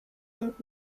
und